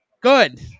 Good